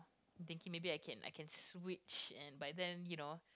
thinking maybe I can I can switch and by then you know